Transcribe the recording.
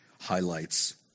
highlights